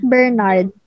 Bernard